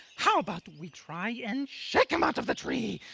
how about we try and shake him out of the tree,